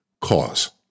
cause